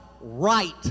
right